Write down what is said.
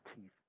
teeth